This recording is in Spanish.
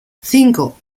cinco